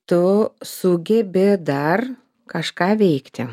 tu sugebi dar kažką veikti